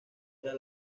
era